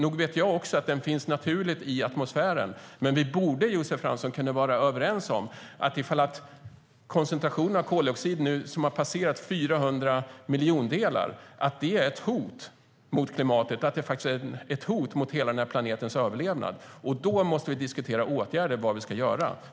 Nog vet jag också att den finns naturligt i atmosfären, men vi borde, Josef Fransson, vara överens om att koncentrationen av koldioxid, som nu har passerat 400 miljondelar, är ett hot mot klimatet. Det är faktiskt ett hot mot hela planetens överlevnad. Då måste vi diskutera vilka åtgärder som ska vidtas.